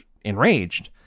enraged